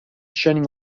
shining